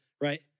right